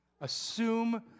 Assume